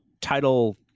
title